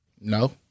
No